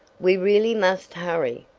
we really must hurry!